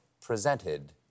presented